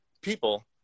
people